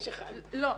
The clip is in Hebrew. לא.